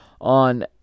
On